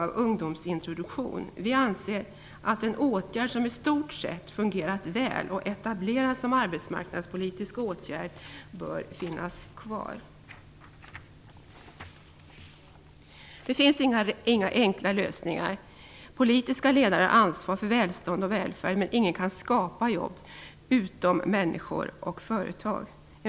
Vi anser att en åtgärd som i stort sett fungerat väl och etablerats som arbetsmarknadspolitisk åtgärd bör finnas kvar. Det finns inga enkla lösningar. Politiska ledare har ansvar för välstånd och välfärd, men ingen utom människor och företag kan skapa jobb.